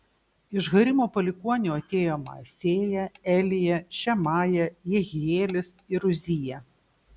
iš harimo palikuonių atėjo maasėja elija šemaja jehielis ir uzija